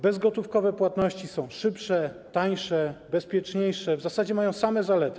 Bezgotówkowe płatności są szybsze, tańsze, bezpieczniejsze, w zasadzie mają same zalety.